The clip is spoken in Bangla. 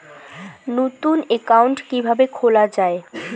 নতুন একাউন্ট কিভাবে খোলা য়ায়?